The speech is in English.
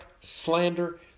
slander